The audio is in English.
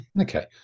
okay